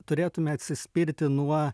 turėtume atsispirti nuo